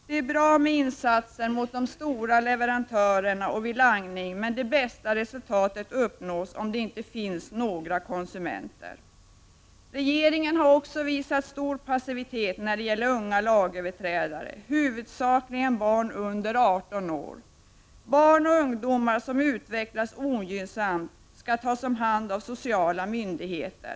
Det är bra med insatser mot de stora leverantörerna och mot langning, men det bästa resultatet uppnås om det inte finns några konsumenter. Regeringen har också visat stor passivitet när det gäller unga lagöverträdare, huvudsakligen barn under 18 år. Barn och ungdomar som utvecklas ogynnsamt skall tas om hand av sociala myndigheter.